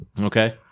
Okay